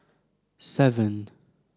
seven